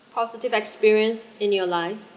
positive experience in your life